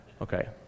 Okay